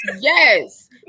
Yes